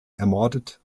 ermordet